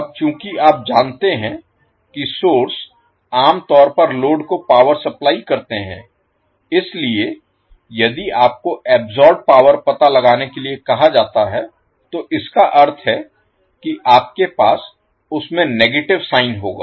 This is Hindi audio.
अब चूंकि आप जानते हैं कि सोर्स आम तौर पर लोड को पावर सप्लाई करते हैं इसलिए यदि आपको अब्सोर्बेड पावर पता लगाने के लिए कहा जाता है तो इस का अर्थ है कि आपके पास उस में नेगेटिव साइन होगा